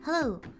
Hello